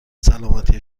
سلامتی